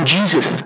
Jesus